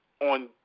on